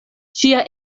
ŝia